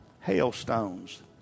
hailstones